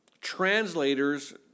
translators